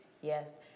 Yes